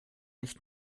nicht